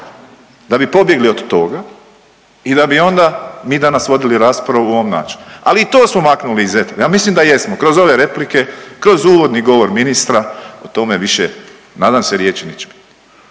Da bi pobjegli od toga i da bi onda mi danas vodili raspravu u ovom načinu. Ali i to smo maknuli iz etera, ja mislim da jesmo, kroz ove replike, kroz uvodni govor ministra, o tome više nadam se riječi neće biti.